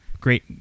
Great